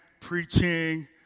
preaching